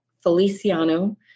Feliciano